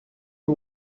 you